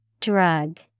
Drug